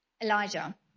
Elijah